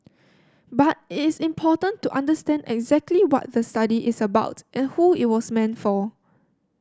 but it is important to understand exactly what the study is about and who it was meant for